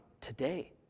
today